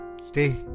stay